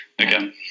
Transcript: again